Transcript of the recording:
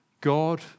God